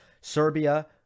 Serbia